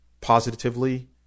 positively